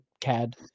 CAD